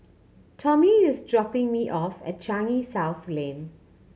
Tommy is dropping me off at Changi South Lane